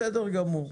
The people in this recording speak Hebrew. בסדר גמור.